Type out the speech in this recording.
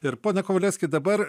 ir pone kovalevski dabar